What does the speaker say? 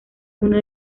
uno